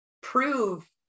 prove